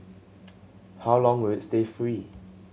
how long will it stay free